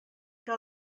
que